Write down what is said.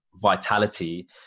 vitality